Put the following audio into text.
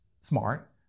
smart